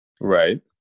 Right